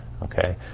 Okay